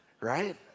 right